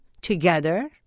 together